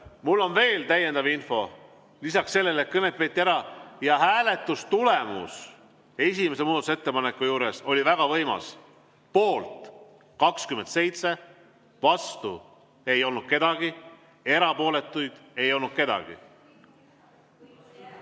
Mul on täiendav info. Lisaks sellele, et kõned peeti ära, oli hääletustulemus esimese muudatusettepaneku juures väga võimas: poolt 27, vastu ei olnud keegi, erapooletu ei olnud keegi.